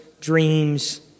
dreams